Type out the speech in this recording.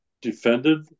defended